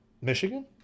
Michigan